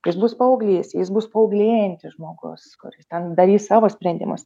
jis bus paauglys jis bus paauglėjantis žmogus kuris ten darys savo sprendimus